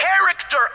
character